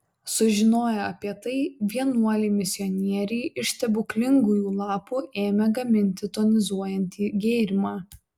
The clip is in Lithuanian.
sužinoję apie tai vienuoliai misionieriai iš stebuklingųjų lapų ėmė gaminti tonizuojantį gėrimą